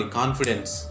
confidence